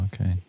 Okay